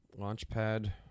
Launchpad